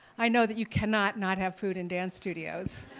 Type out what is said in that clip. i know that you cannot not have food in dance studios,